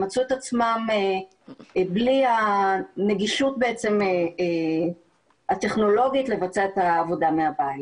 הם מצאו את עצמם בלי הנגישות הטכנולוגית לבצע את העבודה מהבית.